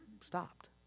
Stopped